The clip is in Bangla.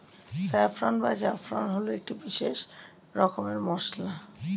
স্যাফ্রন বা জাফরান হল একটি বিশেষ রকমের মশলা